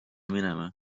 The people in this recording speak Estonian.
minema